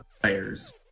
players